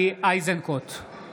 (קורא בשמות חברי הכנסת)